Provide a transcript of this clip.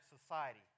society